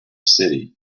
city